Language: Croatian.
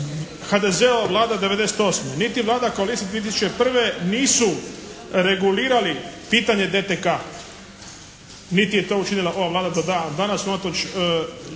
HDZ-ova Vlada 1998. niti Vlada 2001. nisu regulirali pitanje DTK-a. Niti je to učinila ova Vlada do dana danas unatoč,